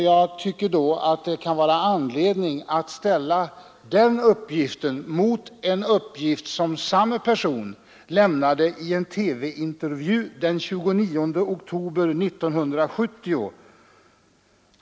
Jag tycker då att det kan vara anledning att ställa denna uppgift mot en uppgift som han lämnade i en TV-intervju den 29 oktober 1970.